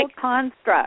construct